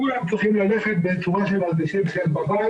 כולם צריכים ללכת בצורה שהם מרגישים בבית